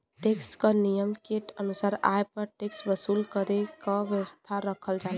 tax क नियम के अनुसार आय पर टैक्स वसूल करे क व्यवस्था रखल जाला